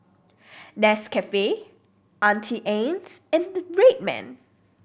Nescafe Auntie Anne's and Red Man